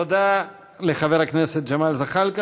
תודה לחבר הכנסת ג'מאל זחאלקה.